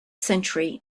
century